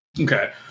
Okay